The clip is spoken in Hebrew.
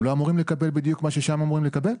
הם לא אמורים לקבל בדיוק מה ששם אמורים לקבל?